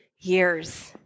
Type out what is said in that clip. years